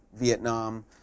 Vietnam